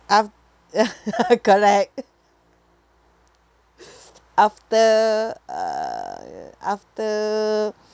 af~ correct after uh after